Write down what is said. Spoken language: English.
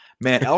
man